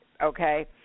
Okay